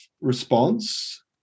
response